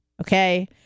Okay